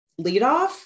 leadoff